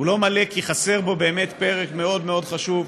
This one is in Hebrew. הוא לא מלא כי חסר בו באמת פרק מאוד מאוד חשוב,